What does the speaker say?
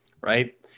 right